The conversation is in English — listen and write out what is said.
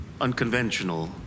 unconventional